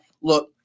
Look